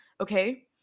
okay